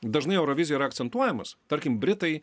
dažnai eurovizijoj yra akcentuojamas tarkim britai